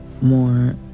more